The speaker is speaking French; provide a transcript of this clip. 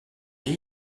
dit